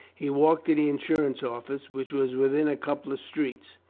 he walked to the insurance office, which was within a couple of streets.